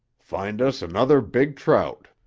find us another big trout.